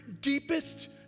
deepest